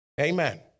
Amen